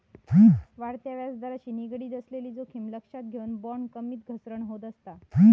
वाढत्या व्याजदराशी निगडीत असलेली जोखीम लक्षात घेऊन, बॉण्ड किमतीत घसरण होत असता